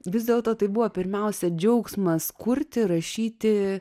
vis dėlto tai buvo pirmiausia džiaugsmas kurti rašyti